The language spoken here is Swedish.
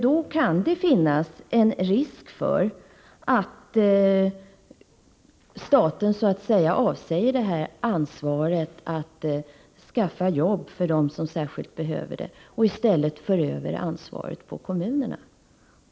Då kan det finnas en risk för att staten så att säga avsäger sig ansvaret för att skaffa jobb åt dem som särskilt behöver det och i stället för över ansvaret till kommunerna.